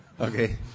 Okay